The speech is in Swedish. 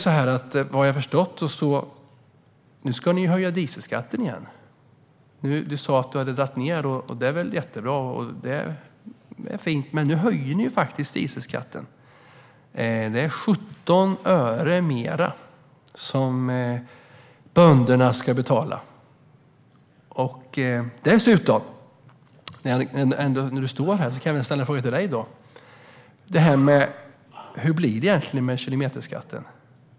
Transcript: Såvitt jag har förstått ska ni nu höja dieselskatten igen. Du sa att ni hade minskat den, och det är jättebra och fint. Men nu ska ni faktiskt höja dieselskatten. Det är 17 öre mer per liter som bönderna ska betala. När du ändå står här kan jag ställa en fråga till dig, Jan-Olof Larsson. Hur blir det egentligen med kilometerskatten?